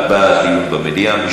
כל העולם עומד על הכיבוש, אין כיבוש?